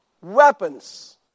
weapons